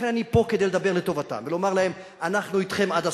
לכן אני פה כדי לדבר לטובתם ולומר להם: אנחנו אתכם עד הסוף.